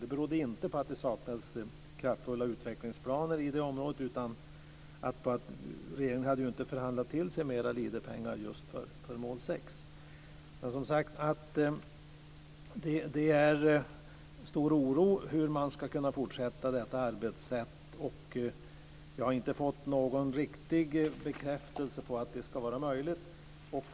Det berodde inte på att det saknades kraftfulla utvecklingsplaner i det området utan på att regeringen inte hade förhandlat till sig mera Leaderpengar just för mål 6-området. Man känner som sagt stor oro inför hur man ska kunna fortsätta med detta arbetssätt. Jag har inte fått någon riktig bekräftelse på att det ska vara möjligt.